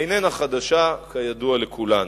איננו חדשה, כידוע לכולנו.